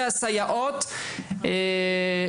והסייעות וכן הלאה.